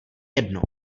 jedno